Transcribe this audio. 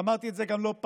ואמרתי את זה לא פעם